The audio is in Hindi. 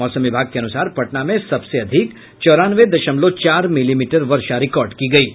मौसम विभाग के अनुसार पटना में सबसे अधिक चौरानवे दशमलव चार मिलीमीटर वर्षा रिकार्ड की गयी है